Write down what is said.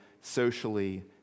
socially